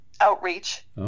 outreach